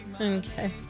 Okay